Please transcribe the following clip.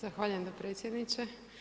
Zahvaljujem dopredsjedniče.